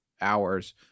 hours